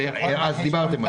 אז דיברתם על זה.